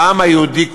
לעם היהודי כולו.